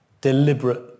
deliberate